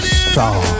star